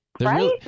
Right